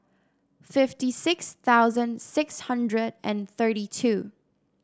fifty six thousand six hundred and thirty two